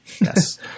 Yes